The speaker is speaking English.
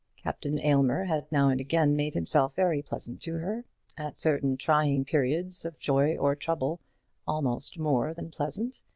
captain aylmer had now and again made himself very pleasant to her at certain trying periods of joy or trouble almost more than pleasant.